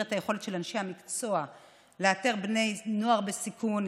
את היכולת של אנשי המקצוע לאתר בני נוער בסיכון,